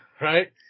right